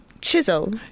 chisel